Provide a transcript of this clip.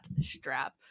strap